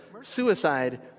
suicide